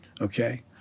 okay